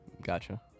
Gotcha